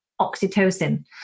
oxytocin